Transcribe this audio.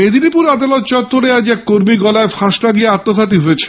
মেদিনীপুর আদালত চত্বরে আজ এক কর্মী গলায় ফাঁস লাগিয়ে আত্মঘাতী হয়েছেন